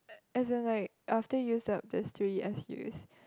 as in like after used up this three S U_S